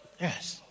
Yes